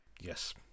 Yes